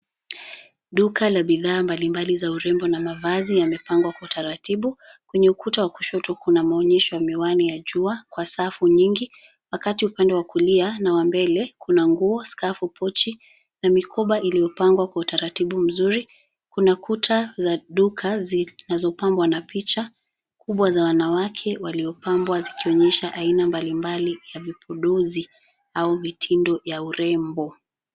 Duka la bidhaa mbalimbali za urembo na mavazi yamepangwa kwa taratibu. Kwenye ukuta wa kushoto kuna maonyesho ya miwani ya jua, kwa safu nyingi. Wakati upande wa kulia, na wa mbele, kuna nguo, skafu, pochi, na mikoba iliyopangwa kwa utaratibu mzuri. Kuna kuta za duka zinazopambwa na picha kubwa za wanawake, waliopambwa zikionyesha aina mbalimbali ya vipodozi, au vitindo vya urembo.